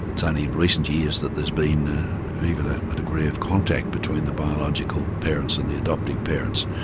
it's only in recent years that there's been even a degree of contact between the biological parents and the adopting parents,